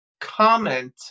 comment